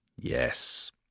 yes